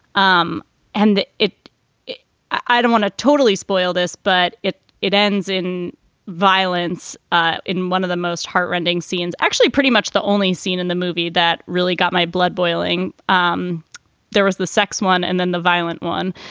um and it it i don't want to totally spoil this, but it it ends in violence ah in one of the most heartrending scenes, actually, pretty much the only scene in the movie that really got my blood boiling. um there was the sex one and then the violent one.